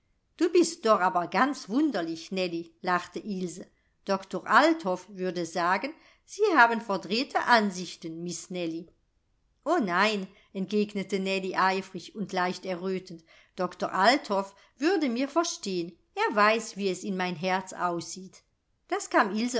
du bist doch aber ganz wunderlich nellie lachte ilse doktor althoff würde sagen sie haben verdrehte ansichten miß nellie o nein entgegnete nellie eifrig und leicht errötend doktor althoff würde mir verstehn er weiß wie es in mein herz aussieht das